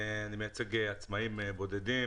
אני מייצג עצמאים בודדים